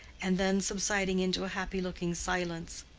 and then subsiding into a happy-looking silence.